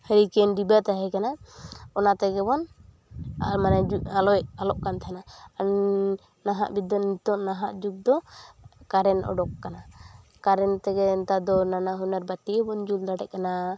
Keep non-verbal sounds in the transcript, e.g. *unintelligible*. hurricane ᱰᱤᱵᱟᱹ ᱛᱮᱦᱮᱸᱠᱟᱱᱟ ᱚᱱᱟᱛᱮ ᱜᱮ ᱵᱚᱱ *unintelligible* ᱟᱞᱚᱜᱠᱟᱱ ᱛᱮᱦᱮᱱᱟ ᱱᱟᱦᱟᱜ ᱵᱤᱫᱟᱹᱞ ᱱᱤᱛᱚᱜ ᱱᱟᱦᱟᱜ ᱡᱩᱜᱽᱫᱚ ᱠᱟᱨᱮᱱ ᱚᱰᱳᱠ ᱟᱠᱟᱱᱟ ᱠᱟᱨᱮᱱ ᱛᱮᱜᱮ ᱱᱮᱛᱟᱨᱫᱚ ᱱᱟᱱᱟᱦᱩᱱᱟᱹᱨ ᱵᱟᱹᱛᱤ ᱦᱚᱸᱵᱚᱱ ᱡᱩᱞ ᱫᱟᱲᱮᱭᱟᱜ ᱠᱟᱱᱟ